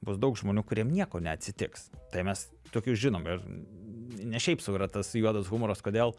bus daug žmonių kuriem nieko neatsitiks tai mes tokių žinom ir ne šiaip sau yra tas juodas humoras kodėl